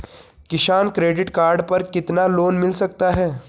किसान credit card पर कितना लोंन मिल सकता है?